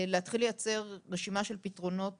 להתחיל לייצר רשימה של פתרונות